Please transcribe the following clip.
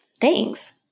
Thanks